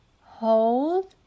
hold